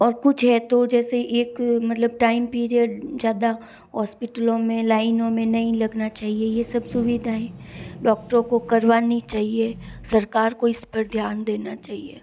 और कुछ है तो जैसे एक मतलब टाइम पीरियड ज़्यादा हॉस्पिटलों में लाइनों में नहीं लगना चाहिए यह सब सुविधा डॉक्टर को करवानी चाहिए सरकार को इस पर ध्यान देना चाहिए